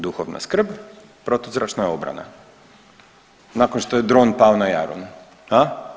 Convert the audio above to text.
Duhovna skrb, protuzračna obrana nakon što je dron pao na Jarun.